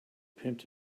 pimped